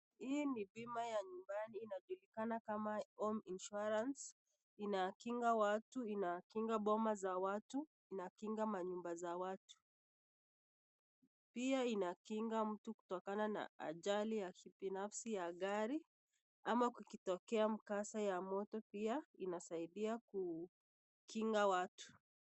Hii ni bima ya nyumbani inajulikana kama Home Insurance inakinga watu inakinga boma za watu na inakinga manyumba za watu. Pia inakinga mtu kutokana na ajali ya kibinafsi ya gari ama kukitokea mkasa wa moto pia inasaidia kukinga watu.